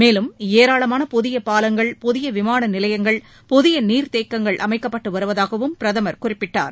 மேலும் ஏராளமான புதிய பாலங்கள் புதிய விமான நிலையங்கள் புதிய நீர்த்தேக்கங்கள் அமைக்கப்பட்டு வருவதாகவும் பிரதமர் தெரிவித்தார்